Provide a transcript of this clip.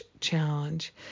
challenge